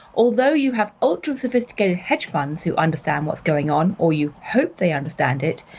although you have ultra-sophisticated hedge funds who understand what's going on or you hope they understand it,